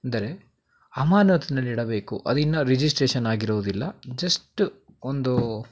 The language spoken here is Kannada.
ಅಂದರೆ ಅಮಾನತ್ತಿನಲ್ಲಿಡಬೇಕು ಅದಿನ್ನೂ ರಿಜಿಸ್ಟ್ರೇಷನ್ ಆಗಿರುವುದಿಲ್ಲ ಜಸ್ಟ ಒಂದು